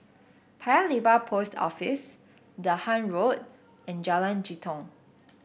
Paya Lebar Post Office Dahan Road and Jalan Jitong